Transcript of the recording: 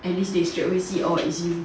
at least they straight away see oh it's you